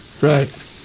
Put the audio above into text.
Right